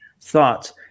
Thoughts